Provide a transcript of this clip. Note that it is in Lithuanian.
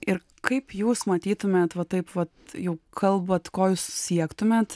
ir kaip jūs matytumėt va taip vat jau kalbat ko jūs siektumėt